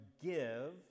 give